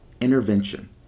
intervention